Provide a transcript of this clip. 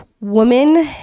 woman